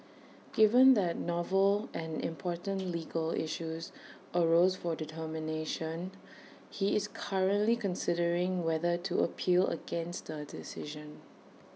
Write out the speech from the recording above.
given that novel and important legal issues arose for determination he is currently considering whether to appeal against the decision